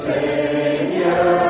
Savior